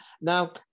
Now